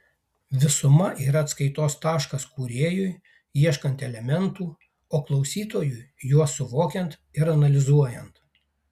visuma yra atskaitos taškas kūrėjui ieškant elementų o klausytojui juos suvokiant ir analizuojant